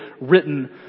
written